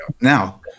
Now